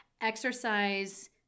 exercise